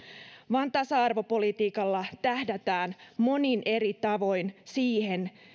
vaan tasa arvopolitiikalla tähdätään monin eri tavoin siihen